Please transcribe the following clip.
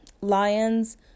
lions